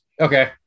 Okay